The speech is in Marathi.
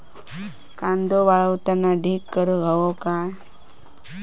कांदो वाळवताना ढीग करून हवो काय?